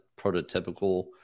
prototypical